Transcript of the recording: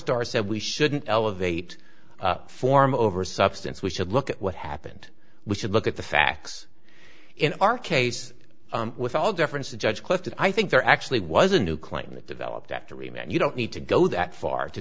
stars so we shouldn't elevate form over substance we should look at what happened we should look at the facts in our case with all deference to judge clifton i think there actually was a new claim that developed after we met you don't need to go that far to